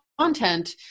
content